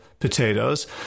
potatoes